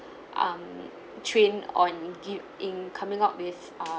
um trained on give in coming up with uh